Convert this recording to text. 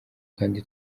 kandi